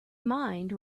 mind